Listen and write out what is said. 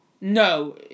no